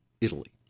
Italy